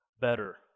better